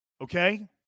okay